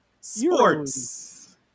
sports